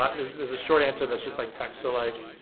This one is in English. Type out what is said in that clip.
ah this is a short answer that's just like text. so like,